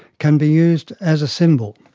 can be used as a symbol,